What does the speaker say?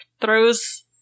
throws